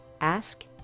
ask